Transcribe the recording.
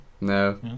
No